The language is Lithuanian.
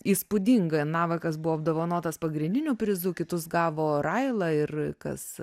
įspūdinga navakas buvo apdovanotas pagrindiniu prizu kitus gavo raila ir kas